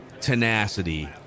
tenacity